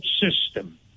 system